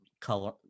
color